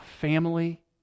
family